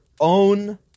own